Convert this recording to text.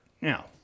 Now